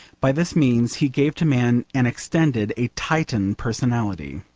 by this means he gave to man an extended, a titan personality.